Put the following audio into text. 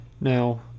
Now